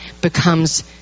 becomes